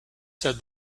said